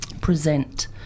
present